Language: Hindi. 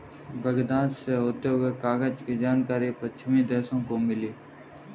बगदाद से होते हुए कागज की जानकारी पश्चिमी देशों को मिली